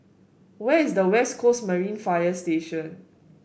where is the West Coast Marine Fire Station